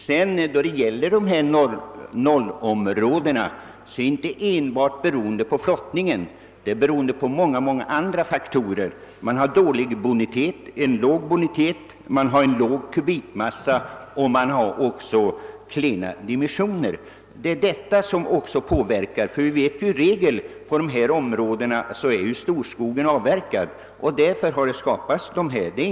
Att vissa områden blir nollområden beror inte enbart på nedläggning av flottningen, utan det beror också på dålig bonitet, låg kubikmassa och klena dimensioner — i regel är storskogen avverkad på dessa områden.